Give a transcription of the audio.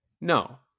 No